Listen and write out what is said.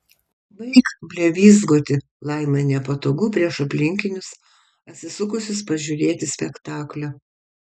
baik blevyzgoti laimai nepatogu prieš aplinkinius atsisukusius pažiūrėti spektaklio